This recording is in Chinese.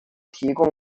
提供